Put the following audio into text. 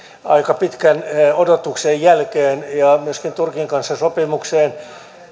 aika pitkän odotuksen jälkeen ja myöskin turkin kanssa sopimukseen